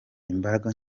imbaraga